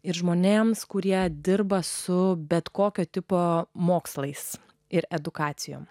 ir žmonėms kurie dirba su bet kokio tipo mokslais ir edukacijos